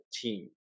team